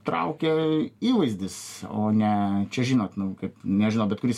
traukia įvaizdis o ne čia žinot nu kaip nežinau bet kuris